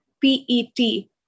P-E-T